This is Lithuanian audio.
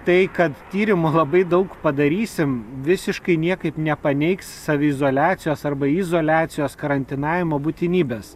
tai kad tyrimų labai daug padarysim visiškai niekaip nepaneigs saviizoliacijos arba izoliacijos karantinavimo būtinybės